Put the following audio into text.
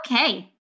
okay